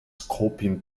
scorpion